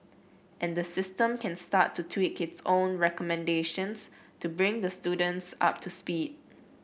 and the system can start to tweak its own recommendations to bring the students up to speed